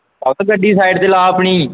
ਕਾਕਾ ਗੱਡੀ ਸਾਈਡ 'ਤੇ ਲੱਗਾ ਆਪਣੀ